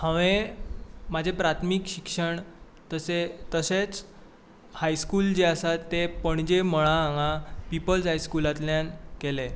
हांवें म्हाजें प्राथमीक शिक्षण तशे तशेंच हायस्कूल जें आसा तें पणजे मळा हांगा पिपल्स हायस्कूलांतल्यान केलें